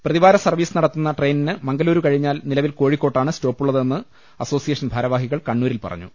പ്രതിവാര സർവ്വീസ് നടത്തുന്ന ട്രെയിനിന് മംഗലുരു കഴിഞ്ഞാൽ നിലവിൽ കോഴിക്കോട്ടാണ് സ്റ്റോപ്പുള്ളതെന്ന് അസോസിയേഷൻ ഭാരവാഹികൾ കണ്ണൂ രിൽ പറഞ്ഞു